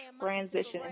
transition